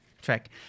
track